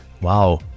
wow